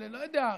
לא יודע,